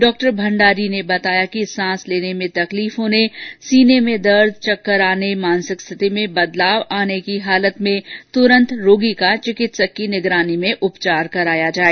डॉ भंडारी ने बताया कि सांस लेने में तकलीफ होने सीने में दर्द चक्कर आने मानसिक स्थिति में बदलाव आने की हालत में तुरंत रोगी का चिकित्सक की निगरानी में उपचार कराया जाए